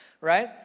right